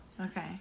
Okay